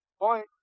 Point